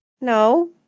No